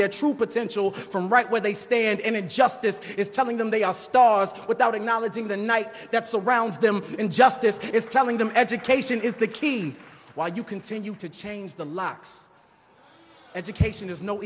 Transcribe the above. their true potential from right where they stand in a justice is telling them they are stars without acknowledging the night that surrounds them injustice is telling them education is the key why you continue to change the locks education is no